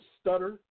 stutter